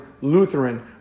Lutheran